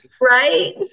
Right